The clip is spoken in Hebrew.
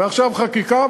ועכשיו חקיקה,